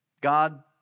God